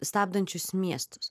stabdančius miestus